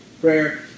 prayer